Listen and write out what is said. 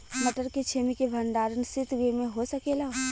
मटर के छेमी के भंडारन सितगृह में हो सकेला?